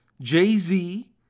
Jay-Z